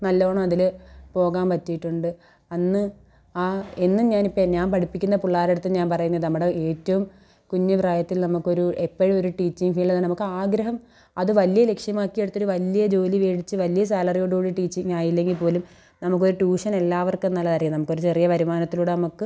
നല്ലോണം അതിൽ പോകാൻ പറ്റിയിട്ടുണ്ട് അന്ന് ആ എന്നും ഞാനിപ്പോൾ ഞാൻ പഠിപ്പിക്കുന്ന പിള്ളാരെടുത്ത് ഞാൻ പറയുന്നത് നമ്മുടെ ഏറ്റവും കുഞ്ഞു പ്രായത്തിൽ നമുക്കൊരു എപ്പോഴും ഒര് ടീച്ചിങ് ഫീൽഡ് തന്നെ നമുക്ക് ആഗ്രഹം അത് വലിയ ലക്ഷ്യമാക്കിയെടുത്തിട്ട് വലിയ ജോലി മേടിച്ച് വലിയ സാലറിയോടു കൂടി ടീച്ചിങ് ആയില്ലെങ്കിൽ പോലും നമുക്കൊരു ട്യൂഷൻ എല്ലാവർക്കും എന്തായാലും അറിയാം നമുക്കൊരു ചെറിയ വരുമാനത്തിലൂടെ നമുക്ക്